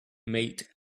maid